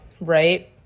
right